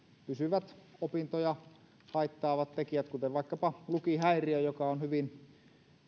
pysyvät opintoja haittaavat tekijät kuten vaikkapa lukihäiriö joka on hyvin